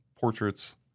portraits